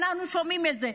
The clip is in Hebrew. אנחנו שומעים את זה,